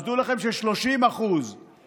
אז דעו לכם ש-30% מהכספים